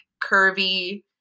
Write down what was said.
curvy